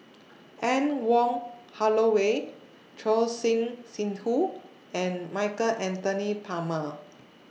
Anne Wong Holloway Choor Singh Sidhu and Michael Anthony Palmer